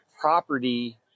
property